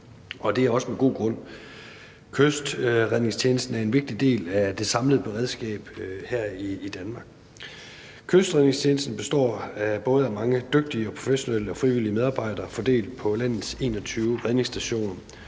og det er også med god grund. Kystredningstjenesten er en vigtig del af det samlede beredskab her i Danmark. Kystredningstjenesten består af mange dygtige både professionelle og frivillige medarbejdere fordelt på landets 21 redningstationer,